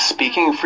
Speaking